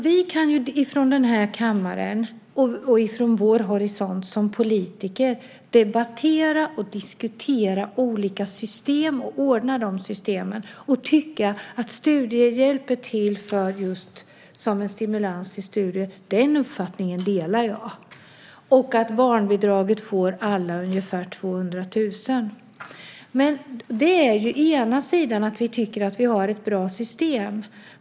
Vi kan från vår horisont som politiker debattera och diskutera olika system och ordna dem. Vi kan tycka att studiehjälp är till för att stimulera till studier. Den uppfattningen delar jag. Av barnbidraget får alla ungefär 200 000. Vi tycker att vi har ett bra system.